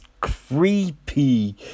creepy